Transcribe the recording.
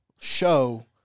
show